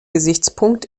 gesichtspunkt